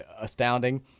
astounding